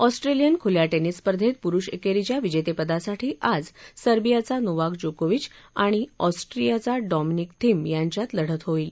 Australian खुल्या tennis स्पर्धेत पुरुष एकेरीच्या विजेतेपदासाठी आज सर्वियाचा नोव्हाक जोकोविच आणि ऑस्ट्रियाचा डॉमिनिक थीम यांच्यात लढत होईल